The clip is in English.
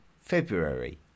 February